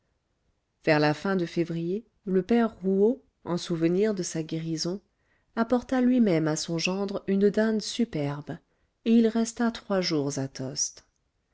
vers la fin de février le père rouault en souvenir de sa guérison apporta lui-même à son gendre une dinde superbe et il resta trois jours à tostes